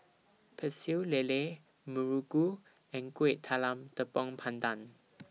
Pecel Lele Muruku and Kuih Talam Tepong Pandan